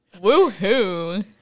Woo-hoo